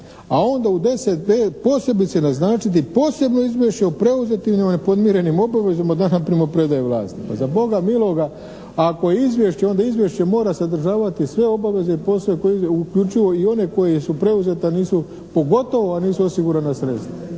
a onda u 10.b posebice naznačiti posebno izvješće o preuzetim i nepodmirenim obvezama od dana primopredaje vlasti. Pa za Boga miloga, ako je izvješće, onda izvješće mora sadržavati sve obaveze i poslove koji uključuju i one koje su preuzete a nisu pogotovo a nisu osigurana sredstva.